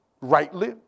rightly